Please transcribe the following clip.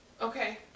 Okay